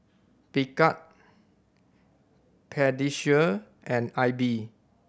Picard Pediasure and Aibi